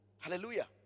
Hallelujah